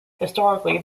historically